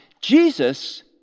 Jesus